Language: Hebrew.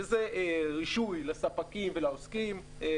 שזה רישוי לספקים ולעוסקים,